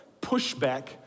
pushback